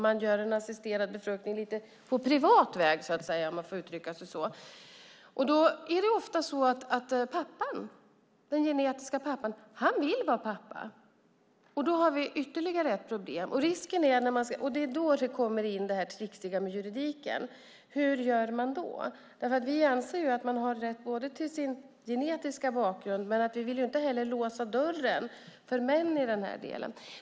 Man gör en assisterad befruktning på lite privat väg, om jag får uttrycka det så. Då är det ofta så att den genetiska pappan vill vara pappa. Då har vi ytterligare ett problem. Det är då det tricksiga med juridiken kommer in: Hur gör man då? Vi anser ju att man har rätt till sin genetiska bakgrund, men samtidigt vill vi inte låsa dörren för män i den här delen.